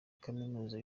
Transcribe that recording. kaminuza